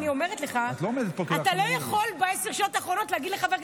להעניש את אלה שנמצאים בשכבות החלשות.